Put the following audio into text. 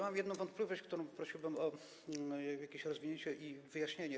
Mam jedną wątpliwość, co do której poprosiłbym o jakieś rozwinięcie i wyjaśnienie.